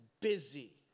busy